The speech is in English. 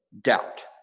Doubt